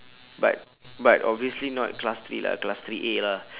but but obviously not class three lah class three A lah